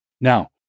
Now